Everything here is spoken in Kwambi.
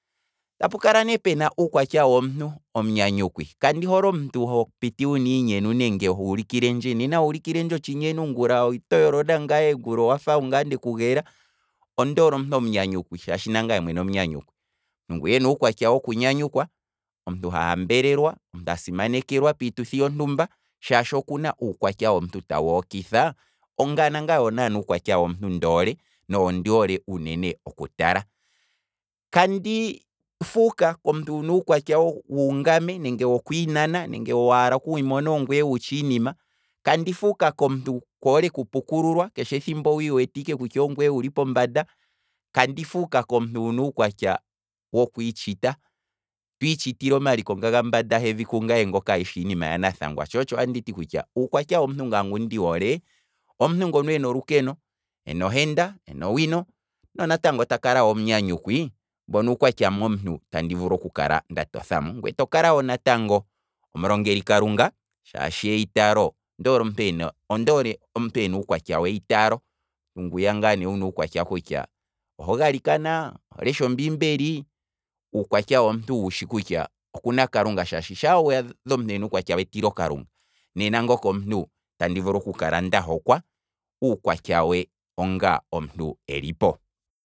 Ta pukala ne pena uukwatya wontu omunyanyukwi, kandi hole omuntu hopiti wuna iinyenu nenge huulu kilendje, nena wuulu kilendje otshinyenu. ngula oto yolo nangaye ngula owafa ongaye ndeku geela, ondi hole omuntu omunyanyukwi shaashi nangaye mwene omunyanyukwi, ngweena uukwatya woku nyanyukwa, omuntu ha hambelelwa, omuntu asimanekelwa piituthi yontumba shaashi okuna uutya womuntu tawu hokitha, ngaye nangye owo naa uukwatya womuntu ndoole oku tala, kandi fuuka komuntu wuna uukwatya wuungame nenge wokwiiinana nenge waala kwiimona ongwe wutyi iinima, kandi fuuka komuntu koole ku pukululwa, keshe ethimbo owiiwete ike ongwee wuli pombanda, kandi fuuka komuntu wuna uukwatya wo kwiitshita, twii tshitile omaliko ga mbanda hevi kungaye mbyo ka iinima ya nathangwa, tsho otsho anditi kutya uukwatya ngaye womuntu ngu ndi hole, omuntu ngono ena olukeno, ena ohenda, ena owino, he natango takala wo omunyanyukwi, mbono uukwatya mo'mntu tandi vulu oku kala nda totha mo, ngwee tokala natango omulongeli kalunga shaashi eyi taalo, ondo ondoole omuntu ena uukwatya weyi taalo, ngwiya ngaa wuna uukwatya kutya oho galikana oho lesha ombiimbeli, uukwatya womutu wutyi kutya okuna kalunga, shaashi ngoo wadha omuntu ena uukwatya wetilo kalunga, nena ngoka omuntu te vulu oku kala nda hokwa uukwatya we onga omuntu eli po.